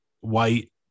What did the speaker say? white